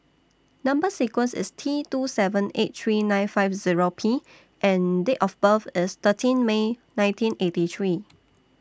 Number sequence IS T two seven eight three nine five Zero P and Date of birth IS thirteen May nineteen eighty three